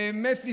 באמת להתעלות,